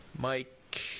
Mike